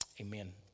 Amen